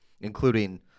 including